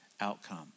outcome